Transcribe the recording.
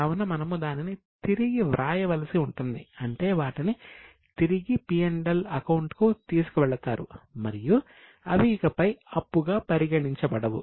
కావున మనము దానిని తిరిగి వ్రాయవలసి ఉంటుంది అంటే వాటిని తిరిగి P L అకౌంట్ కు తీసుకువెళతారు మరియు అవి ఇకపై అప్పుగా పరిగణించబడవు